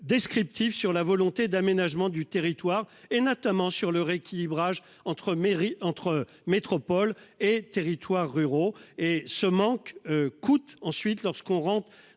Descriptif sur la volonté d'aménagement du territoire et notamment sur le rééquilibrage entre mairie entre métropoles et territoires ruraux et ce manque coûte ensuite lorsqu'on rentre